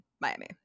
Miami